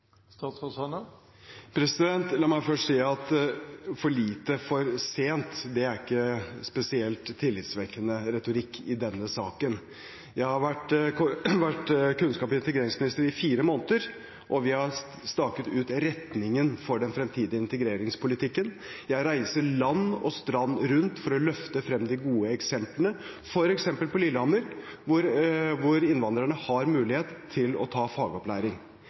La meg først si at «for lite, for sent» ikke er spesielt tillitvekkende retorikk i denne saken. Jeg har vært kunnskaps- og integreringsminister i fire måneder, og vi har staket ut retningen for den fremtidige integreringspolitikken. Jeg reiser land og strand rundt for å løfte frem de gode eksemplene – f.eks. på Lillehammer, hvor innvandrerne har mulighet til å ta fagopplæring.